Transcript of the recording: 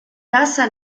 tasa